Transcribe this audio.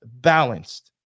balanced